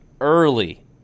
early